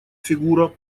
фигура